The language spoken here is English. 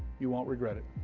you won't regret it.